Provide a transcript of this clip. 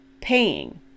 paying